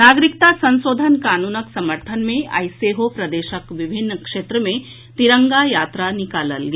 नागरिकता संशोधन कानूनक समर्थन मे आइ सेहो प्रदेशक विभिन्न क्षेत्र मे तिरंगा यात्रा निकालल गेल